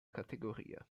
categoria